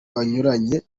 banyuranye